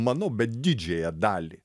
manau bet didžiąją dalį